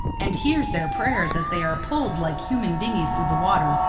and hears their prayers as they are pulled like human dinghies through the water,